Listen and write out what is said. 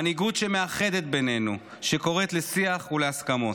מנהיגות שמאחדת בינינו, שקוראת לשיח ולהסכמות.